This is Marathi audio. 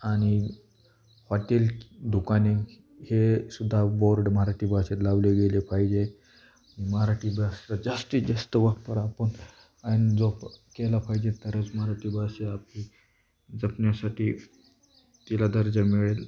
आणि हॉटेल दुकाने हेसुद्धा बोर्ड मराठी भाषेत लावले गेले पाहिजे मराठी भाषेचा जास्तीत जास्त वापर आपण आणि जोप केला पाहिजे तरच मराठी भाषा आपली जपण्यासाठी तिला दर्जा मिळेल